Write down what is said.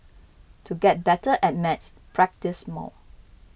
to get better at maths practise more